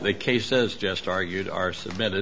the case is just argued are submitted